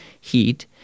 heat